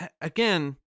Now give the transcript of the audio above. again